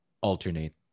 alternate